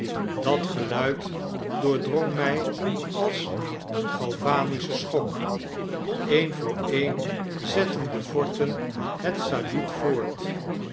dat geluid doordrong mij als een galvanische schok een voor een zetten de forten het saluut voort